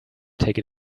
take